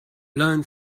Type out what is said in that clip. learned